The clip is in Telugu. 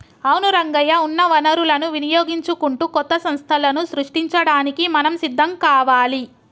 అవును రంగయ్య ఉన్న వనరులను వినియోగించుకుంటూ కొత్త సంస్థలను సృష్టించడానికి మనం సిద్ధం కావాలి